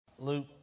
Luke